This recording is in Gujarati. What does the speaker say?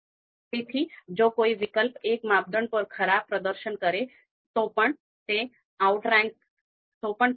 આ જ વસ્તુ બીજી રીતે મૂકી શકાય કે જો આપણે માપદંડ વચ્ચે વળતરની અસર માટે છૂટ ન આપવા માંગતા હોઈએ તો આપણે ઈલેકટેર પદ્ધતિ નો ઉપયોગ કરી શકીએ